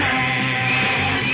Man